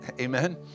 Amen